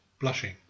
blushing